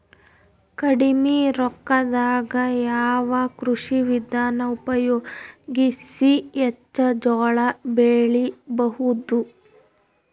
ಕಡಿಮಿ ರೊಕ್ಕದಾಗ ಯಾವ ಕೃಷಿ ವಿಧಾನ ಉಪಯೋಗಿಸಿ ಹೆಚ್ಚ ಜೋಳ ಬೆಳಿ ಬಹುದ?